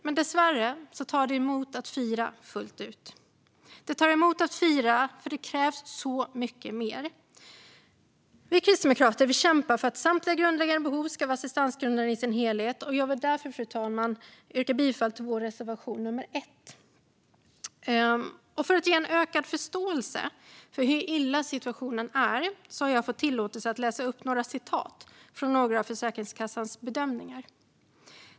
Men det tar emot att fira, för det krävs så mycket mer. Vi kristdemokrater kämpar för att samtliga grundläggande behov ska vara assistansgrundade i sin helhet, och jag vill därför, fru talman, yrka bifall till vår reservation, nr 1. För att ge en ökad förståelse för hur illa situationen är har jag fått tillåtelse att läsa upp några citat från några av Försäkringskassans bedömningar.